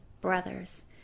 brothers